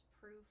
proof